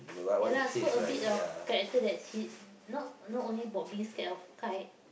ya lah so a bit of character that she not not only about being scared of kite